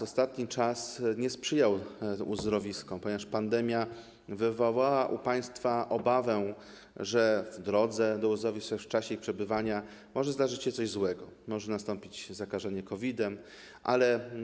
Ostatni czas nie sprzyjał uzdrowiskom, ponieważ pandemia wywołała u państwa obawę, że w drodze do uzdrowiska lub w czasie przebywania w nim może zdarzyć się coś złego, może nastąpić zakażenie COVID-em.